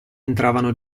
entravano